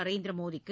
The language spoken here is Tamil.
நரேந்திர மோடிக்கு